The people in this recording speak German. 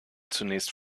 zunächst